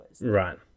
Right